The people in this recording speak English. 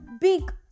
big